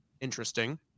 interesting